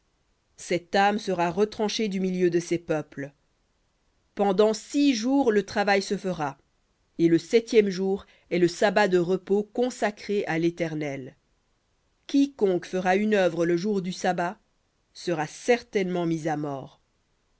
cette âme sera retranchée du milieu de ses peuples pendant six jours le travail se fera et le septième jour est le sabbat de repos consacré à l'éternel quiconque fera une œuvre le jour du sabbat sera certainement mis à mort